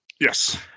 Yes